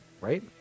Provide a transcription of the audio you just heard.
right